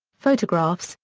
photographs,